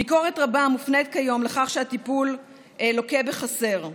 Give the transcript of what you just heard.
ביקורת רבה מופנית כיום לכך שהטיפול לוקה בחסר.